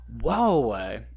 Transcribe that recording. whoa